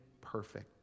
perfect